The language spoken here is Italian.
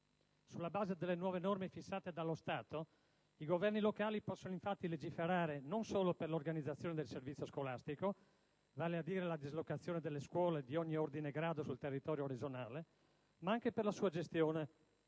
Sulla base delle nuove norme fissate dallo Stato, i governi locali possono infatti legiferare non solo per l'organizzazione del servizio scolastico, vale a dire la dislocazione delle scuole di ogni ordine e grado sul territorio regionale, ma anche per la sua gestione,